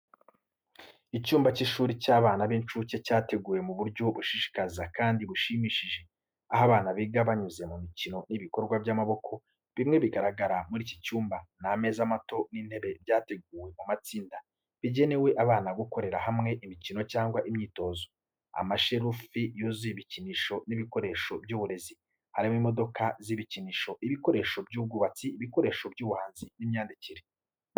Icyumba cy’ishuri cy’abana b’incuke cyateguwe mu buryo bushishikaza kandi bushimishije, aho abana biga banyuze mu mikino n’ibikorwa by’amaboko. Bimwe bigaragara muri iki cyumba, ni ameza mato n’intebe byateguwe mu matsinda, bigenewe abana gukorera hamwe imikino cyangwa imyitozo. Amashelufu yuzuye ibikinisho n’ibikoresho by’uburezi, harimo imodoka z’ibikinisho, ibikoresho by’ubwubatsi, ibikoresho by’ubuhanzi n’imyandikire.